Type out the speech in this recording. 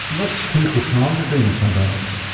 what's this clinical trial you're doing in fragile x?